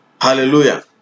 Hallelujah